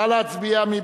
נא להצביע, מי